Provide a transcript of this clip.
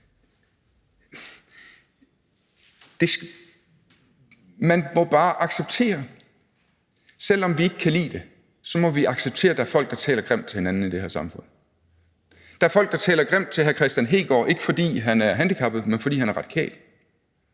Man må bare acceptere, selv om vi ikke kan lide det, at der er folk, der taler grimt til hinanden i det her samfund. Der er folk, der taler grimt til hr. Kristian Hegaard, og det er ikke, fordi han er handicappet, men fordi han er radikal.